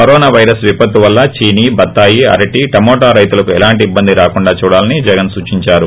corona virus విపత్తు వల్ల చీనీ బత్తాయి అరటి టమోటా రైతులకు ఎలాంటి ఇబ్బంది రాకుండా చూడాలని జగస్ సూచించారు